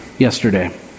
Yesterday